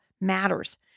matters